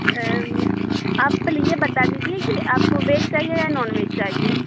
آپ پہلے یہ بتا دیجیے کہ آپ کو ویج چاہیے یا نان ویج چاہیے